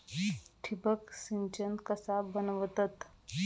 ठिबक सिंचन कसा बनवतत?